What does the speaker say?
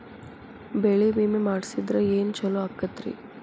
ಬೆಳಿ ವಿಮೆ ಮಾಡಿಸಿದ್ರ ಏನ್ ಛಲೋ ಆಕತ್ರಿ?